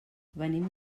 venim